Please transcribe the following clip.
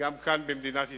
גם כאן במדינת ישראל.